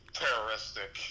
terroristic